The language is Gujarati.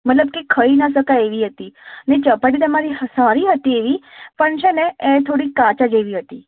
મતલબ કે ખાઈ ના શકાય એવી હતી અને ચપાટી તમારી હ સારી હતી એવી પણ છે ને એને થોડી કાચા જેવી હતી